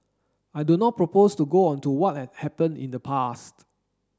i do not propose to go onto what had happened in the past